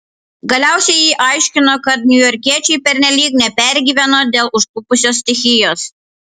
galiausiai ji aiškino kad niujorkiečiai pernelyg nepergyveno dėl užklupusios stichijos